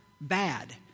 bad